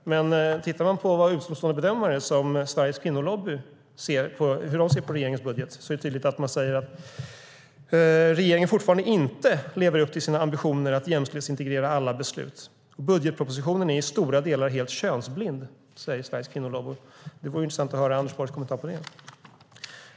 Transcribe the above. Men tittar vi på hur utomstående bedömare som Sveriges Kvinnolobby ser på regeringens budget är det tydligt att de anser att regeringen fortfarande inte lever upp till sina ambitioner att jämställdhetsintegrera alla beslut. Budgetpropositionen är i stora delar helt könsblind, säger Sveriges Kvinnolobby. Det vore intressant att höra Anders Borgs kommentar till det.